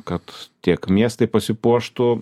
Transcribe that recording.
kad tiek miestai pasipuoštų